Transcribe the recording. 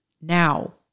now